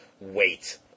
wait